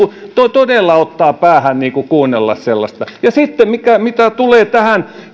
todella ottaa päähän kuunnella sellaista sitten mitä tulee